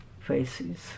faces